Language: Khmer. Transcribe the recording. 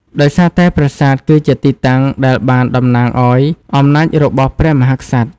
ដោយសារតែប្រាសាទ គឺជាទីតាំងដែលបានតំណាងឲ្យអំណាចរបស់ព្រះមហាក្សត្រ។